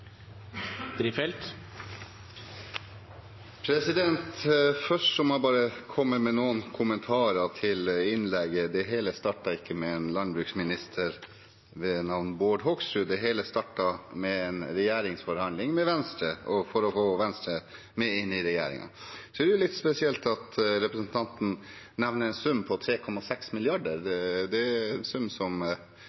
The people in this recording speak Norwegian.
Først må jeg bare komme med noen kommentarer til innlegget. Det hele startet ikke med en landbruksminister ved navn Bård Hoksrud; det hele startet med en regjeringsforhandling med Venstre, for å få Venstre med inn i regjering. Så er det litt spesielt at representanten nevner en sum på 3,6